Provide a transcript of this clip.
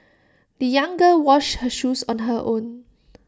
the young girl washed her shoes on her own